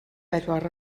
bedwar